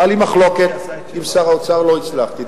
היתה לי מחלוקת עם שר האוצר, לא הצלחתי.